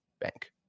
bank